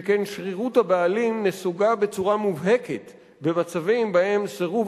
שכן שרירות הבעלים נסוגה בצורה מובהקת במצבים שבהם סירוב